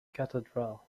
cathedral